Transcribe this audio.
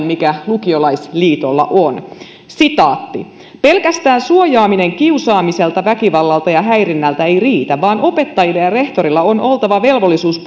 mikä lukiolaisliitolla on pelkästään suojaaminen kiusaamiselta väkivallalta ja häirinnältä ei riitä vaan opettajilla ja rehtorilla on oltava velvollisuus